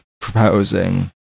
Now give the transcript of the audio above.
proposing